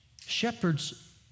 Shepherds